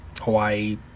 Hawaii